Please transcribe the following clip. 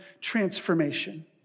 transformation